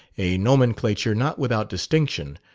a nomenclature not without distinction.